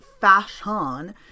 fashion